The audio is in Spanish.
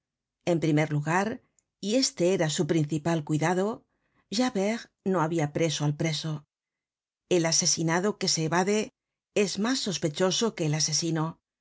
en primer lugar y este era su principal cuidado javert no habia preso al preso el asesinado que se evade es mas sospechoso que el asesino